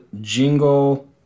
Jingle